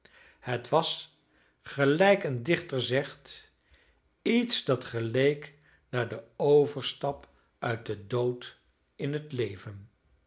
het was gelijk een dichter zegt iets dat geleek naar den overstap uit den dood in het leven